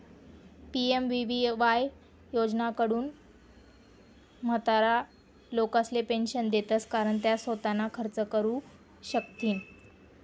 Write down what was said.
PMVVY योजनाकडथून म्हातारा लोकेसले पेंशन देतंस कारण त्या सोताना खर्च करू शकथीन